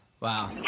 Wow